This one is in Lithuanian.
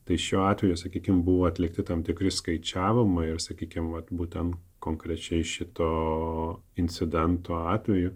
tai šiuo atveju sakykime buvo atlikti tam tikri skaičiavimai ar sakykime būtent konkrečiai šito incidento atveju